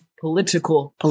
political